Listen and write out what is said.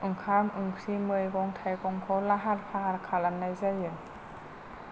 ओंखाम ओंख्रि मैगं थाइगंखौ लाहार फाहार खालामनाय जायो